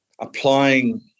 applying